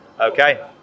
Okay